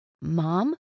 Mom